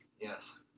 yes